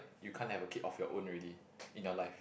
you can't have a kid of your own already in your life